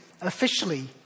officially